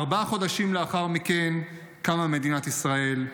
ארבעה חודשים לאחר מכן קמה מדינת ישראל.